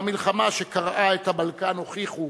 והמלחמה שקרעה את הבלקן, הוכיחו